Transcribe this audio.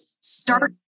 start